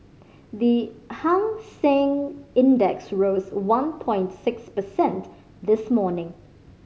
the Hang Seng Index rose one point six percent this morning